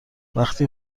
وقتی